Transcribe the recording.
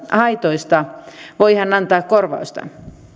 haitoista voidaan antaa korvausta